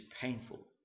painful